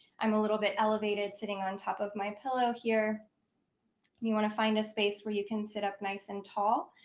i'm a little bit elevated sitting on top of my pillow here you want to find a space where you can sit up nice and tall,